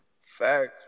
Fact